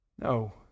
No